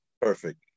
perfect